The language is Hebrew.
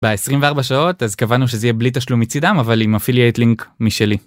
בעשרים וארבע שעות אז קבענו שזה יהיה בלי תשלום מצידם אבל עם אפיליאט לינק משלי.